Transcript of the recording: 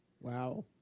wow